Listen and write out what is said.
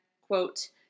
quote